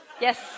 Yes